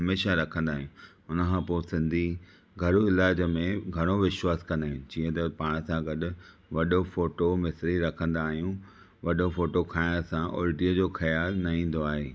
हमेशा रखन्दा आहियूं उन खां पो सिन्धी घरू ईलाज में घणो विश्वास कन्दा आहिनि जीअं त पाण सां गॾु वॾो फोटो मिसरी रखन्दा आहियूं वॾो फोटो खाईण सां उल्टीअ जो ख़्याल न ईन्दो आहे